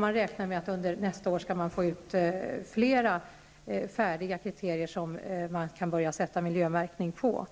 Man räknar med att man under nästa år skall få ut flera färdiga kriterier, som man kan börja sätta miljömärkning på.